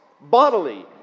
bodily